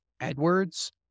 Edwards